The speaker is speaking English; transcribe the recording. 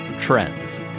trends